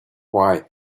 why